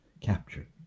capture